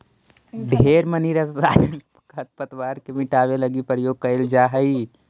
ढेर मनी रसायन खरपतवार के मिटाबे लागी भी प्रयोग कएल जा हई